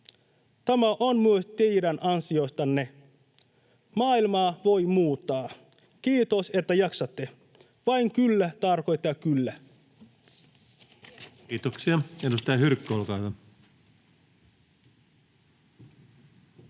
Tämä on myös teidän ansiotanne. Maailmaa voi muuttaa. Kiitos, että jaksatte. Vain kyllä tarkoittaa kyllä. [Speech 177] Speaker: